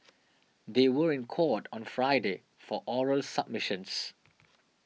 they were in court on Friday for oral submissions